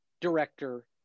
director